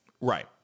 right